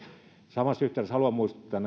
samassa yhteydessä haluan muistuttaa